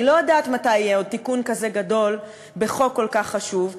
אני לא יודעת מתי יהיה עוד תיקון כזה גדול בחוק כל כך חשוב,